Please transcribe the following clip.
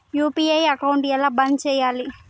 UPI account ఎలా బంద్ చేయాలి?